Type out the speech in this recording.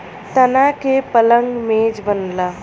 तना के पलंग मेज बनला